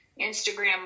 Instagram